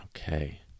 Okay